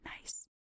nice